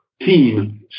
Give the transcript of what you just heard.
team